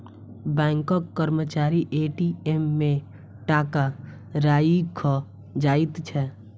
बैंकक कर्मचारी ए.टी.एम मे टाका राइख जाइत छै